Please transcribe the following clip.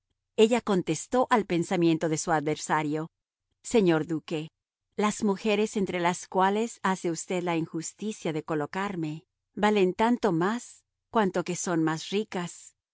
ella contestó al pensamiento de su adversario señor duque las mujeres entre las cuales hace usted la injusticia de colocarme valen tanto más cuanto que son más ricas